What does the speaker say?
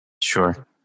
Sure